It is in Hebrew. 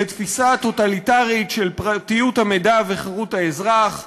לתפיסה טוטליטרית של פרטיות המידע וחירות האזרח.